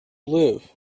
live